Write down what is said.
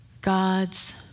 God's